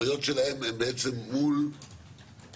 אבל הסמכויות שלהם הם בעצם מול משרדי